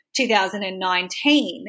2019